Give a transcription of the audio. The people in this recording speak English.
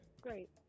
Great